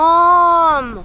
Mom